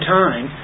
time